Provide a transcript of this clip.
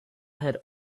had